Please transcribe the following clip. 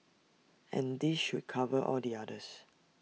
and this should cover all the others